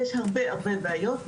שיש הרבה הרבה בעיות,